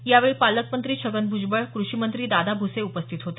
यावेळी पालकमंत्री छगन भ्जबळ क्रषिमंत्री दादा भ्से उपस्थित होते